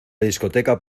discoteca